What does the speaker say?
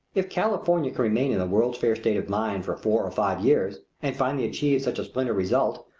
if california can remain in the world's fair state of mind for four or five years, and finally achieve such a splendid result,